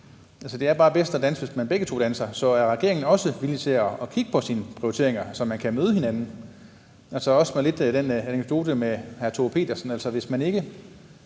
Det er bare bedst at danse, hvis man begge to danser, så er regeringen også villig til at kigge på sine prioriteringer, så man kan møde hinanden? Også lidt i forlængelse af den anekdote med hr. Thor Pedersen